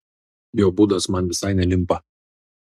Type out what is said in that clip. jo būdas man visai nelimpa